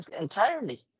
entirely